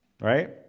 right